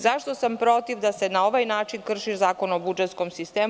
Zašto sam protiv da se na ovaj način krši Zakon o budžetskom sistemu?